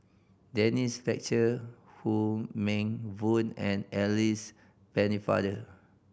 Denise Fletcher Wong Meng Voon and Alice Pennefather